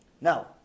Now